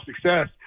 success